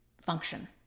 function